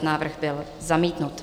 Návrh byl zamítnut.